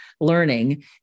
learning